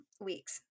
weeks